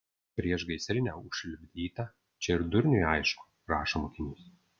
priešgaisrinė užlipdyta čia ir durniui aišku rašo mokinys